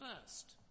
first